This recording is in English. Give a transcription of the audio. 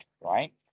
right